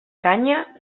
canya